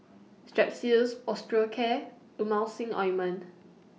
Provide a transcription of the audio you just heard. Strepsils Osteocare Emulsying Ointment